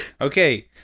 Okay